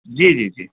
جی جی جی